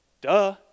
duh